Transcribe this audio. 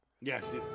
yes